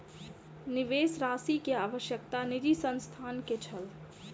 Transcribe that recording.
निवेश राशि के आवश्यकता निजी संस्थान के छल